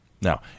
Now